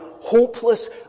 hopeless